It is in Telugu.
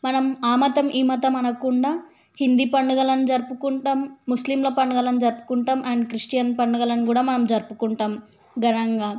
మనం ఆ మతం ఈ మతం అనకుండా హిందు పండుగలను జరుపుకుంటాం ముస్లింల పండుగలను జరుపుకుంటాం అండ్ క్రిస్టియన్ పండుగలను కూడా మనం జరుపుకుంటాం ఘనంగా